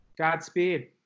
Godspeed